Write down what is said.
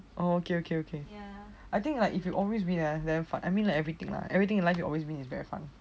oh okay okay okay I think like if you always win ah damn fun I mean like everything lah everything in life if you win it's very fun